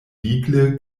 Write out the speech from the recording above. vigle